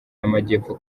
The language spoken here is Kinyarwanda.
y’amajyepfo